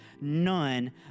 none